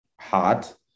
hot